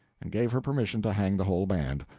and gave her permission to hang the whole band.